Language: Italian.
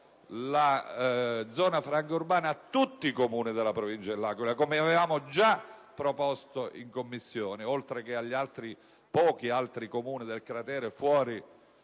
la zona franca urbana a tutti i Comuni della Provincia dell'Aquila, come avevamo già proposto in Commissione, oltre che ai pochi altri Comuni del cratere situati